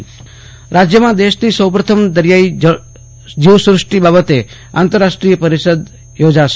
આશુતોષ અંતાણી આંતરરાષ્ટ્રીય પરિષદ રાજ્યમાં દેશની સૌ પ્રથમ દરિયાઈ જીવસૃષ્ટિ બાબતે આંતરરાષ્ટ્રીય પરિષદ યોજાશે